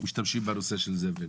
משתמשים בנושא של זבל.